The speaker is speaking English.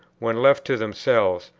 when left to themselves,